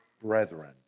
brethren